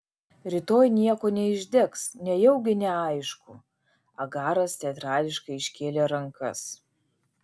rytoj nieko neišdegs nejaugi neaišku agaras teatrališkai iškėlė rankas